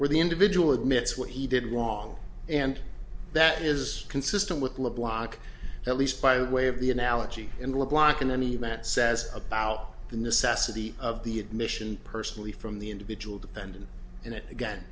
where the individual admits what he did wrong and that is consistent with lovelock at least by way of the analogy in the block in any event says about the necessity of the admission personally from the individual dependent and it again